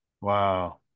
Wow